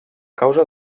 causa